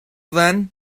then